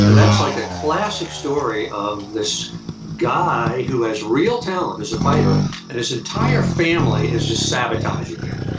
and that's like a classic story of this guy who has real talent as a fighter and his entire family is just sabotaging him.